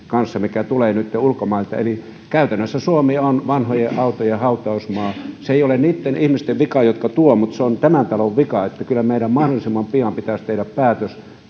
kanssa mikä tulee nytten ulkomailta eli käytännössä suomi on vanhojen autojen hautausmaa se ei ole niitten ihmisten vika jotka tuovat mutta se on tämän talon vika kyllä meidän mahdollisimman pian pitäisi tehdä päätös